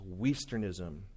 Westernism